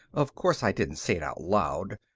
of course i didn't say it out loud,